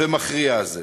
ומכריע הזה.